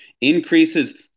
increases